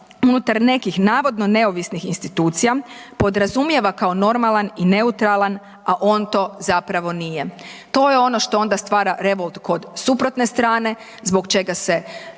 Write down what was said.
unutar nekih navodno neovisnih institucija podrazumijeva kao normalan i neutralan, a on to zapravo nije. To je ono što onda stvara revolt kod suprotne strane zbog čega se